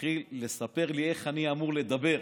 ומתחיל לספר לי איך אני אמור לדבר.